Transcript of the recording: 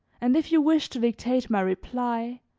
and if you wish to dictate my reply,